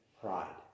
pride